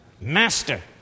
master